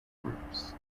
groups